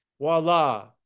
voila